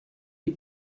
die